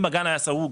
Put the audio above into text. אם הגן היה סגור,